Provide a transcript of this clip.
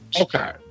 Okay